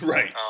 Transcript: Right